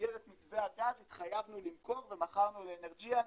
שבמסגרת מתווה הגז התחייבנו למכור ומכרנו לאנרג'יאן.